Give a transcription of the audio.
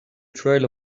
trail